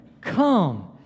come